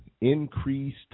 increased